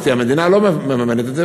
המדינה לא מממנת את זה,